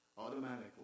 Automatically